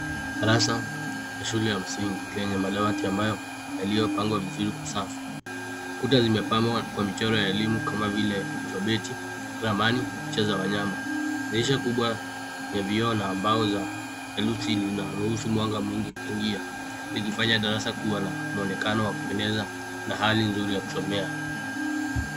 Darasa la shule ya msingi kenye madawati ambayo yaliyopangwa vizuri kwa safu. Kuta zimepambwa kwa michoro ya elimu kama vile alfabeti, ramani na picha za wanyama . Dirisha kubwa yenye vioo na mbao na nyeusi linaruhusu mwanga kuingia likifanya darasa kuwa na mwonekano wa kupendeza na hali nzuri ya kusomea.